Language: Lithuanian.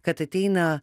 kad ateina